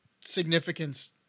significance